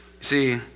See